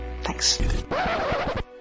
Thanks